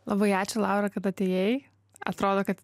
labai ačiū laura kad atėjai atrodo kad